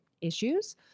issues